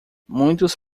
muitos